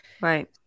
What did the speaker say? Right